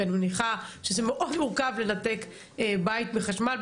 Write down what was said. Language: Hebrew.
אני מניחה שזה מאוד מורכב לנתק בית מחשמל,